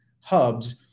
hubs